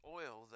oil